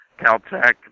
Caltech